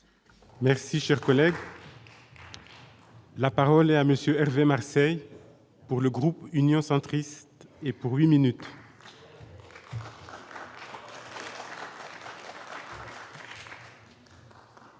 Merci, cher collègue. La parole est à monsieur Hervé Marseille pour le groupe Union centriste et pour 8 minutes.